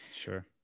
Sure